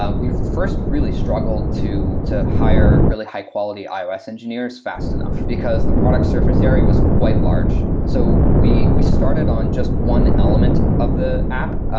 ah we first really struggled to to hire really high-quality ios engineers fast enough, because the product surface area was quite large. so, we we started on just one element of the app.